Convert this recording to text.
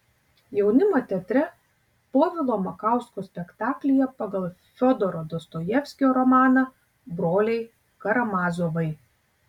jaunimo teatre povilo makausko spektaklyje pagal fiodoro dostojevskio romaną broliai karamazovai